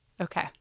okay